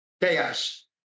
Chaos